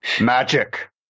Magic